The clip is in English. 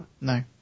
No